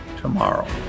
tomorrow